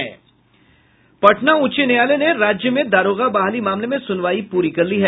पटना उच्च न्यायालय ने राज्य में दारोगा बहाली मामले में सुनवाई पूरी कर ली है